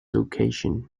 occasion